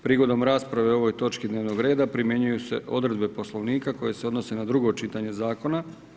Prigodom rasprave o ovoj točki dnevnog reda, primjenjuju se odredbe Poslovnika, koje se odnose na drugo čitanje zakona.